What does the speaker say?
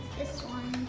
this one.